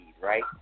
right